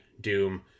Doom